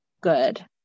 good